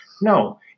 No